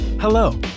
Hello